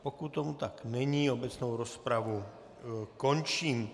Pokud tomu tak není, obecnou rozpravu končím.